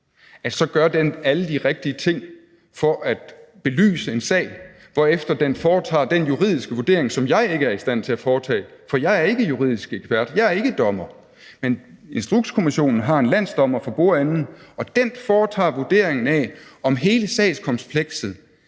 den så gør alle de rigtige ting for at belyse en sag, hvorefter den foretager den juridiske vurdering, som jeg ikke er i stand til at foretage. For jeg er ikke juridisk ekspert; jeg er ikke dommer. Men Instrukskommissionen har en landsdommer for bordenden, der foretager vurderingen af, om hele sagskomplekset